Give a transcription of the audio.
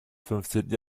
fünfzehnten